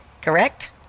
Correct